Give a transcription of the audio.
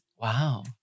Wow